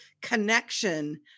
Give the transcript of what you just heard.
connection